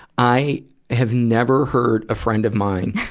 i have never heard a friend of mine,